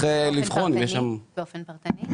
באופן פרטני?